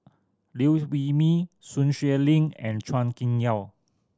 Liew Wee Mee Sun Xueling and Chua Kim Yeow